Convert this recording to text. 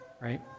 right